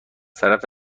طرف